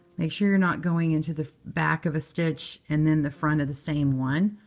make sure you're not going into the back of a stitch and then the front of the same one.